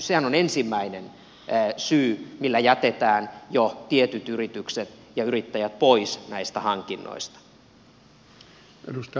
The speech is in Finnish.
sehän on ensimmäinen syy millä jätetään jo tietyt yritykset ja yrittäjät pois näistä hankinnoista